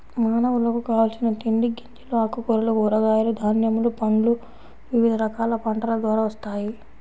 మానవులకు కావలసిన తిండి గింజలు, ఆకుకూరలు, కూరగాయలు, ధాన్యములు, పండ్లు వివిధ రకాల పంటల ద్వారా వస్తాయి